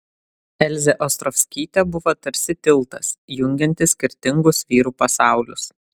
elzė ostrovskytė buvo tarsi tiltas jungiantis skirtingus vyrų pasaulius